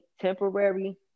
temporary